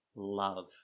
love